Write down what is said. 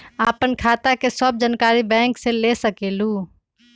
आपन खाता के सब जानकारी बैंक से ले सकेलु?